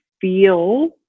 feel